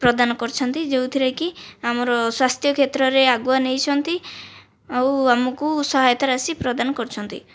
ପ୍ରଦାନ କରିଛନ୍ତି ଯେଉଁଥିରେକି ଆମର ସ୍ୱାସ୍ଥ୍ୟ କ୍ଷେତ୍ରରେ ଆଗୁଆ ନେଇଛନ୍ତି ଆଉ ଆମକୁ ସହାୟତା ରାଶି ପ୍ରଦାନ କରିଛନ୍ତି